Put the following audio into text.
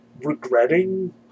regretting